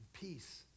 peace